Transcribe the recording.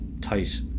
tight